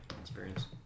experience